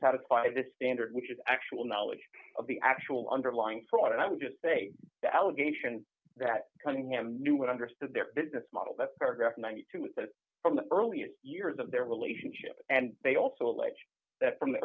satisfy the standard which is actual knowledge of the actual underlying fraud and i would just say the allegations that cunningham knew what i understood their business model that paragraph ninety two with the earliest years of their relationship and they also allege that from the